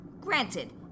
granted